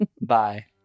Bye